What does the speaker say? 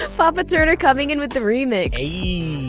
ah papa turner coming in with the remix ayeee!